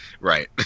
Right